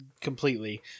completely